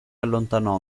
allontanò